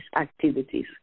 activities